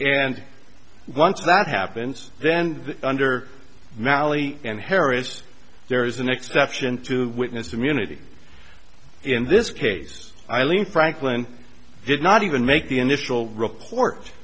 and once that happens then under mallee and harris there is an exception to witness from unity in this case eileen franklin did not even make the initial